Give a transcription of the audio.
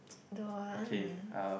don't want